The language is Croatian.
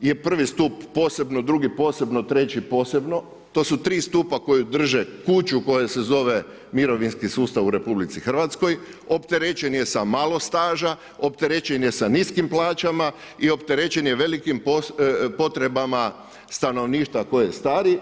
je prvi stup posebno, drugi posebno, treći posebno, to su tri stupa koja drže kuću koji se zove mirovinski sustav u RH, opterećen je sa malo staža, opterećen je sa niskim plaćama i opterećen je velikim potrebama stanovništva koje stari.